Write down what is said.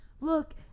look